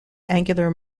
angular